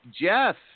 Jeff